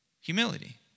Humility